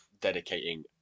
dedicating